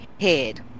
head